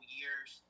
years